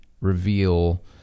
reveal